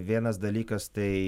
vienas dalykas tai